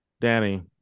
Danny